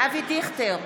אבי דיכטר,